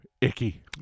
icky